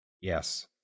Yes